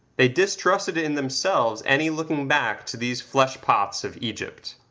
they distrusted in themselves any looking back to these flesh-pots of egypt.